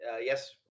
Yes